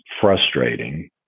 frustrating